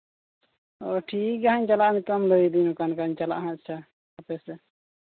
ᱚ ᱴᱷᱤᱠ ᱜᱮᱭᱟ ᱱᱟᱦᱟᱜ ᱤᱧ ᱪᱟᱞᱟᱜᱼᱟ ᱱᱤᱛᱚᱜ ᱞᱟᱹᱭᱮᱫᱟᱹᱧ ᱱᱚᱝᱠᱟ ᱱᱚᱝᱠᱟ ᱪᱟᱞᱟᱜᱼᱟ ᱟᱪᱪᱷᱟ ᱟᱯᱮ ᱥᱮᱫ